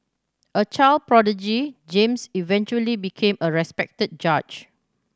a child prodigy James eventually became a respected judge